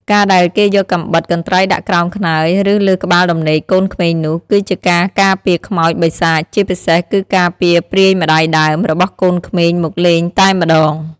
ការដែលគេយកកាំបិត កន្ត្រៃដាក់ក្រោមខ្នើយ ឬលើក្បាលដំណេកកូនក្មេងនោះ គឺជាការការពារខ្មោច បិសាច ជាពិសេសគឺការពារព្រាយម្តាយដើម របស់កូនក្មេងមកលេងតែម្តង